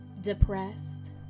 depressed